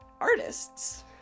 artists